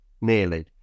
nearly